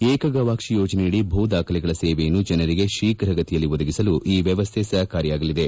ಏಕಗವಾಕ್ಷಿ ಯೋಜನೆಯಡಿ ಭೂದಾಖಲೆಗಳ ಸೇವೆಯನ್ನು ಜನರಿಗೆ ಶೀಘಗತಿಯಲ್ಲಿ ಒದಗಿಸಲು ಈ ವ್ಯವಸ್ಥೆ ಸಹಕಾರಿಯಾಗಲಿದೆ